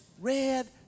red